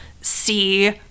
see